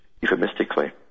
euphemistically